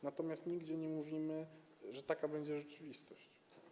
Natomiast nigdzie nie mówimy, że taka będzie rzeczywistość.